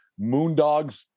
Moondogs